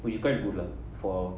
which is quite good lah for